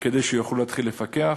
כדי שיוכלו להתחיל לפקח,